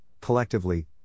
collectively